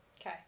okay